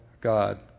God